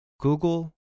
Google